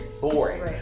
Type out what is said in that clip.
boring